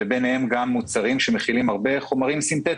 וביניהם גם מוצרים שמכילים הרבה חומרים סינטטיים,